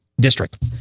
district